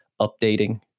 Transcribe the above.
updating